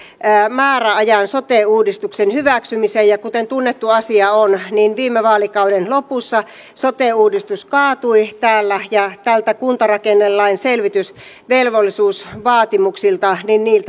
määräajan sote uudistuksen hyväksymiseen ja kuten tunnettu asia on viime vaalikauden lopussa sote uudistus kaatui täällä ja näiltä kuntarakennelain selvitysvelvollisuusvaatimuksilta